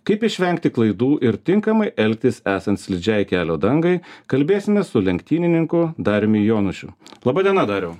kaip išvengti klaidų ir tinkamai elgtis esant slidžiai kelio dangai kalbėsime su lenktynininku dariumi jonušiu laba diena dariau